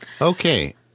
Okay